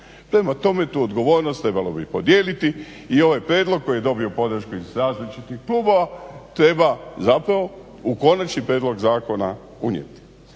Prema tome tu odgovornost trebalo bi podijeliti i ovaj prijedlog koji je dobio podršku iz različitih klubova treba u konačni prijedlog zakona.